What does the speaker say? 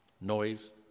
noise